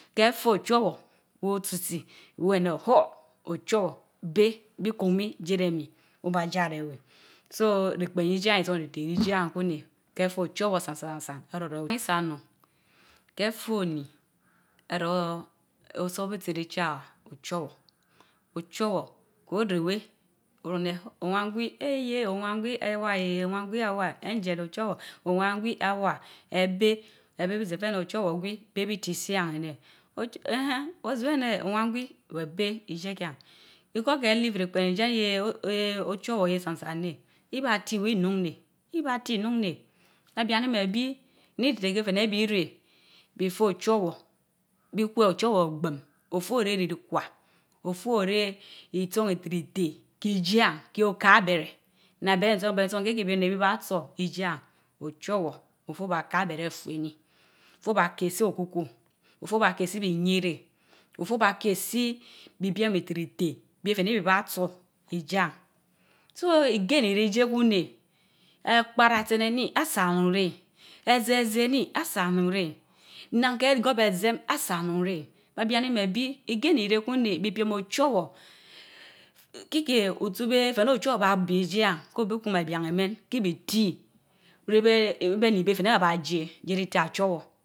Ke Féy ochowor wo otsi tsi, wo é néh huh! Ochowor béh, bi kun mi jie ré mi obaa Jia re weh so ri pén rijie yien nsaan rite rite ireh ijie yien neh. ke feh Ochovor san saan san, isa unun ke Feh Oni, aroh Osóbisi ritin Ochovwor, Ochasor boren weh orun Oman gui awn, Angel Ochosor. Ove an gwi awa. ébéy ebi zed fe a nór Ochowor gui a neh awan gui eeyeh beh biti si an ench Och eheen. Ozch wen anen an gi on ben jien hool hwa live ripen idien hey ece. Ochower ye sann sam neh ibati inuun neh ibati inun neh, be bian ni meh because keh guoi, ini tirite ken feh ney bi reh, Di Fely Ochowor Bikwe Ochow or gbumm. Ofue oreh kitawa, Of ue Oreh ishan rite- rite ijien ko bha abérén. Una bemi ke bi ruun anes biba tso isaan Jien, Ochower ofere oba ka abere ateni, Ofue oba kesi oku ko, ofue aba kesi beyiréh ofue oba ki si isaan rite rite be fe neh biba tso iJie yien so igain i reh ijiea kun nèh. Apara etsi eni, asan onun réy, ézi éziéni, a saan asaon eni, asan onun Onun rey y Nina keh gas gorb ézien onun rey. Bé biannimen Ogwi gain irén kun nën. É piem ochowor kiken Fey Jien, ko bi kun ebian amén ke bit ifre neh Ochower oba béy ijie yien, ko bi kun ebian amén ké bi ti réy be ni béy ba jie ji tia Ochowor.